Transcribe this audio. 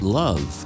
love